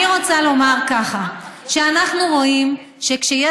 אני רוצה לומר ככה: כשאנחנו רואים שיש